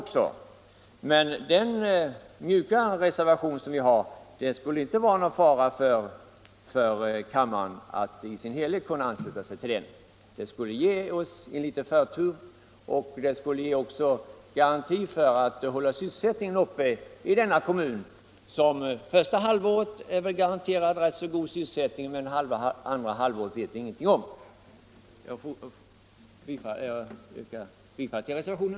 Men det skulle inta vara någon fara för kammaren i sin helhet att här ansluta sig till den mjuka reservationen. Det skulle ge oss i Ljungby lite förtur, och det skulle också vara en garanti för att man skulle kunna hålla sysselsättningen uppe i Ljungby under det här året. Första halvåret är en ganska god sysselsättning garanterad, men vi vet ingenting om andra halvåret. Jag yrkar alltså bifall till reservationen.